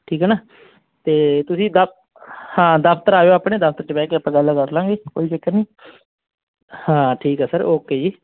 ਠੀਕ ਆ ਨਾ ਅਤੇ ਤੁਸੀਂ ਦਫ ਹਾਂ ਦਫ਼ਤਰ ਆਇਓ ਆਪਣੇ ਦਫ਼ਤਰ 'ਚ ਬਹਿ ਕੇ ਆਪਾਂ ਗੱਲ ਕਰ ਲਾਂਗੇ ਕੋਈ ਚੱਕਰ ਨਹੀਂ ਹਾਂ ਠੀਕ ਆ ਸਰ ਓਕੇ ਜੀ